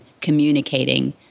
communicating